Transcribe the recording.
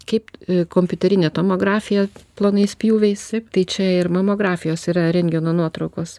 kaip kompiuterinė tomografija plonais pjūviais tai čia ir mamografijos yra rentgeno nuotraukos